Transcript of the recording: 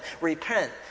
repent